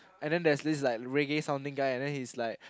and then there's this like reggae sounding guy and then he's like